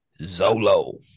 Zolo